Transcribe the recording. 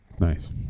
Nice